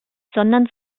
sondern